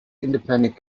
independent